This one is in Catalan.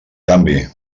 canvi